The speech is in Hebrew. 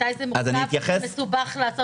מתי מסובך לעשות.